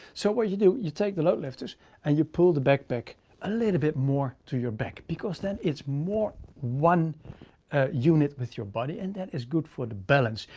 so what you do, you take the load lifters and you pull the backpack a little bit more to your back because then it's more one unit with your body. and that is good for the balance.